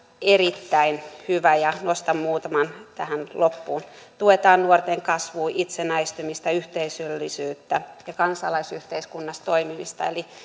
erittäin hyvä ja nostan muutaman tähän loppuun tuetaan nuorten kasvua itsenäistymistä yhteisöllisyyttä ja kansalaisyhteiskunnassa toimimista eli